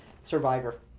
survivor